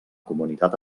comunitat